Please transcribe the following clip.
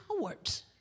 cowards